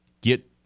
get